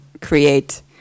create